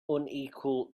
unequal